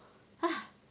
ah